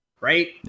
right